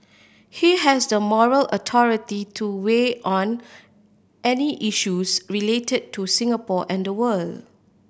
he has the moral authority to weigh on any issues related to Singapore and the world